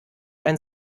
ein